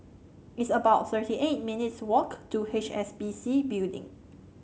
it's about thirty eight minutes' walk to H S B C Building